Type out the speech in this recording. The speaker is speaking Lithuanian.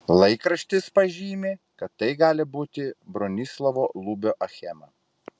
laikraštis pažymi kad tai gali būti bronislovo lubio achema